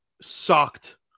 sucked